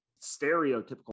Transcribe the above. stereotypical